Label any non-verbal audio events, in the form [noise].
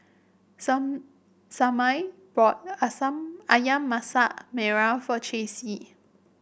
some Semaj bought [unintelligible] ayam Masak Merah for Chessie